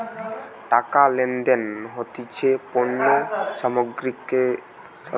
টাকা লেনদেন হতিছে পণ্য সামগ্রীর সাথে